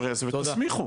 ותסמיכו.